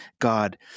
God